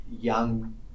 young